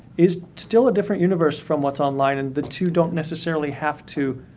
is still a different universe from what online and the two don't necessarily have to,